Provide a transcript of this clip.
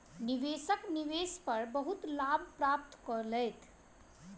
निवेशक निवेश पर बहुत लाभ प्राप्त केलैथ